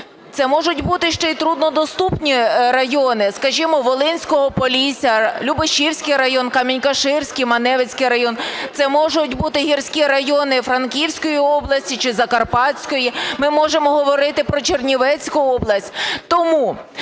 Це можуть бути ще й труднодоступні райони, скажімо, Волинського Полісся, Любешівський район, Каширський, Маневицький район. Це будуть бути гірські райони Франківської області чи Закарпатської, ми можемо говорити про Чернівецьку область.